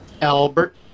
albert